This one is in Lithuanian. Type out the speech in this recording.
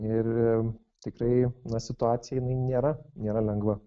ir tikrai na situacija jinai nėra nėra lengva